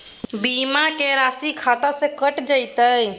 बीमा के राशि खाता से कैट जेतै?